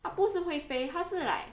它不是会飞它是 like